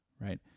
right